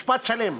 משפט שלם.